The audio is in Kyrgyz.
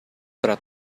турат